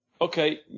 okay